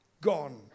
gone